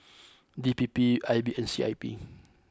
D P P I B and C I P